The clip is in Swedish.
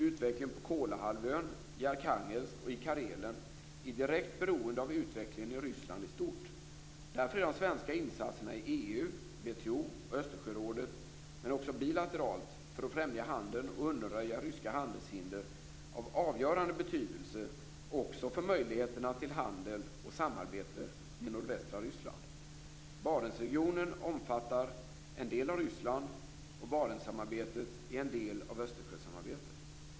Utvecklingen på Kolahalvön, i Arkhangelsk och i Karelen är direkt beroende av utvecklingen i Ryssland i stort. Därför är de svenska insatserna i EU, WTO och Östersjörådet, men också bilateralt, för att främja handeln och undanröja ryska handelshinder av avgörande betydelse också för möjligheterna till handel och samarbete med nordvästra Ryssland. Barentsregionen omfattar en del av Ryssland och Barentssamarbetet är en del av Östersjösamarbetet.